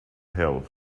held